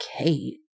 Okay